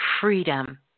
freedom